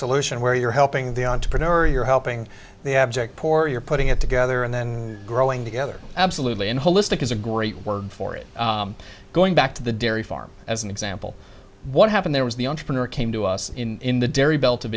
solution where you're helping the entrepreneur you're helping the abject poor you're putting it together and then growing together absolutely in holistic is a great word for it going back to the dairy farm as an example what happened there was the entrepreneur came to us in the dairy belt of